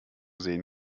sehen